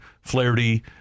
Flaherty